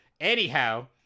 Anyhow